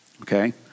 okay